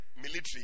military